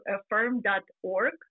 affirm.org